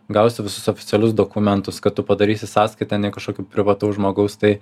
gausi visus oficialius dokumentus kad tu padarysi sąskaita ne kažkokio privataus žmogaus tai